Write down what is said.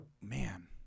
man